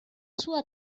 sua